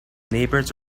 neighbors